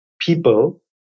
people